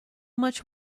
much